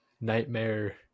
nightmare